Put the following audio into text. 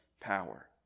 power